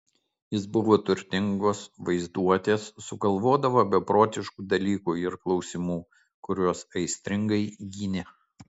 jis buvo turtingos vaizduotės sugalvodavo beprotiškų dalykų ir klausimų kuriuos aistringai gynė